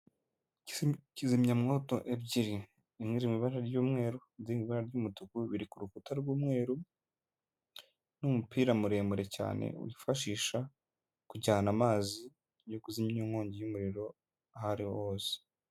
Kizimya mwoto ebyiri imwe iri mu ibara ry'umweru indi ibara ry'umuduguku biri ku rukuta rw'umweru n'umupira muremure cyane wifashisha kujyana amazi yo kuzimya inkongi y'umuriro aho ariho hose.